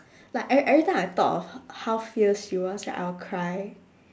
like eve~ everytime I thought of h~ how fierce she was right I will cry